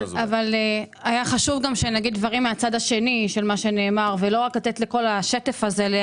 אבל חשוב שגם נגיד דברים מהצד השני ולא רק לתת לכל השטף שהיה פה